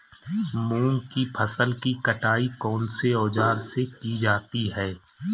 मूंग की फसल की कटाई कौनसे औज़ार से की जाती है?